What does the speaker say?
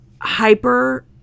hyper